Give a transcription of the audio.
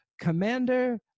Commander